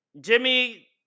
Jimmy